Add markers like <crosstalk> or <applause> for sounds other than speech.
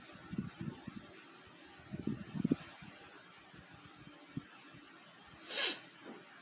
<noise>